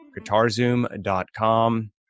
guitarzoom.com